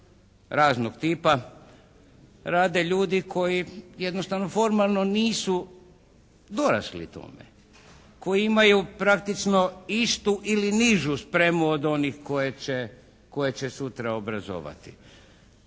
raznog tipa rade ljudi koji jednostavno formalno nisu dorasli tome, koji imaju praktično istu ili nižu spremu od onih koje će sutra obrazovati.